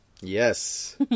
Yes